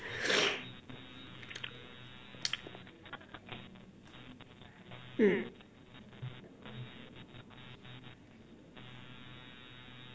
hmm